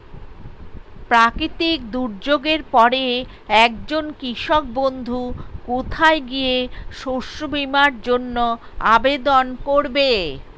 প্রাকৃতিক দুর্যোগের পরে একজন কৃষক বন্ধু কোথায় গিয়ে শস্য বীমার জন্য আবেদন করবে?